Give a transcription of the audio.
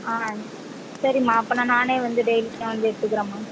சரிம்மா அப்போ நான் நானே வந்து டெய்லி வந்து எடுத்துக்கிறேம்மா